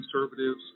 conservatives